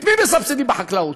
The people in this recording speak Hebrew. את מי מסבסדים בחקלאות?